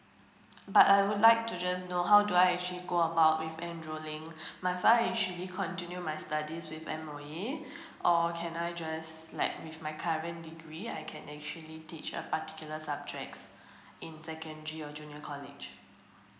but I would like to just know how do I actually go about with enrolling continue my studies with M_O_E or can I just like with my current degree I can actually teach a particular subjects in secondary or junior college